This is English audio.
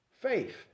faith